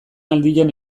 aldian